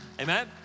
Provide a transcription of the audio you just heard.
Amen